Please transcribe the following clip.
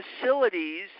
facilities